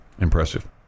impressive